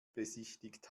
besichtigt